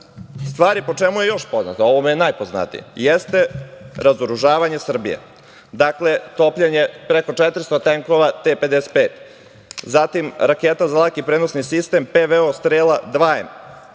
stvari po čemu je još poznat, po ovome je najpoznatiji, jeste razoružavanje Srbije. Dakle, topljenje preko 400 tenkova T-55, zatim raketa za laki prenosni sistem PVO Strela 2M,